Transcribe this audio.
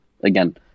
again